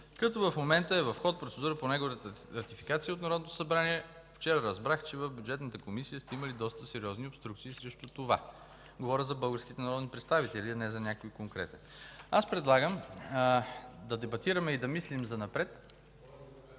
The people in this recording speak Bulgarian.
като в момента е в ход процедура по неговата ратификация от Народното събрание. Вчера разбрах, че в Бюджетната комисия сте имали доста сериозни обструкции срещу това. Говоря за българските народни представители, а не за някой конкретен. Аз предлагам да дебатираме и да мислим занапред.